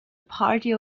party